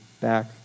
back